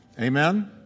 Amen